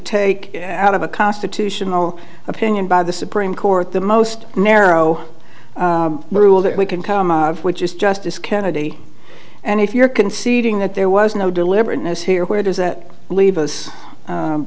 take out of a constitutional opinion by the supreme court the most narrow rule that we can come out of which is justice kennedy and if you're conceding that there was no deliberate as here where does that leave us